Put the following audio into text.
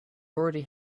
already